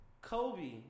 Kobe